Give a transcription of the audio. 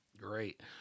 Great